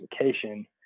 application